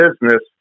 business